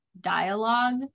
dialogue